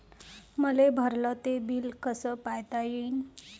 मले भरल ते बिल कस पायता येईन?